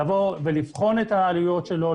לבוא ולבחון את העלויות שלו,